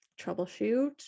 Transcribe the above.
troubleshoot